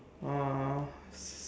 uh